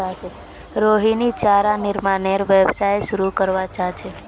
रोहिणी चारा निर्मानेर व्यवसाय शुरू करवा चाह छ